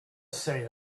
say